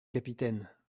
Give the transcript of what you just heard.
capitaine